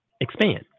expand